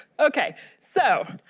okay so